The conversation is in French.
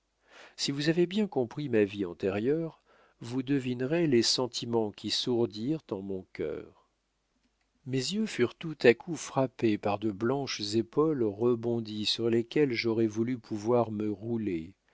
si vous avez bien compris ma vie antérieure vous devinerez les sentiments qui sourdirent en mon cœur mes yeux furent tout à coup frappés par de blanches épaules rebondies sur lesquelles j'aurais voulu pouvoir me rouler